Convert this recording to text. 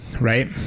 right